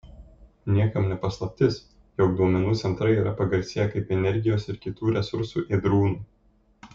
niekam ne paslaptis jog duomenų centrai yra pagarsėję kaip energijos ir kitų resursų ėdrūnai